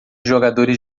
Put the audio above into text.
jogadores